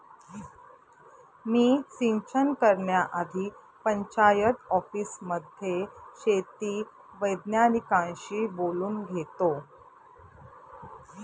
मी सिंचन करण्याआधी पंचायत ऑफिसमध्ये शेती वैज्ञानिकांशी बोलून घेतो